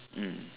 mm